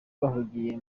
bahugiye